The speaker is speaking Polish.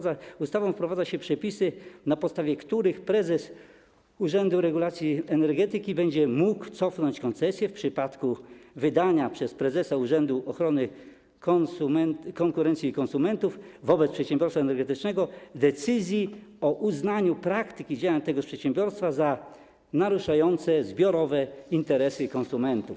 Z ustawą wprowadza się przepisy, na podstawie których prezes Urzędu Regulacji Energetyki będzie mógł cofnąć koncesję w przypadku wydania przez prezesa Urzędu Ochrony Konkurencji i Konsumentów wobec przedsiębiorcy energetycznego decyzji o uznaniu praktyki działań tegoż przedsiębiorstwa za naruszające zbiorowe interesy konsumentów.